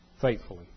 faithfully